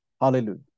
Hallelujah